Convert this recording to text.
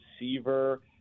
receiver